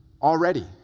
already